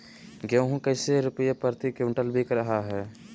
गेंहू कैसे रुपए प्रति क्विंटल बिक रहा है?